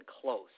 close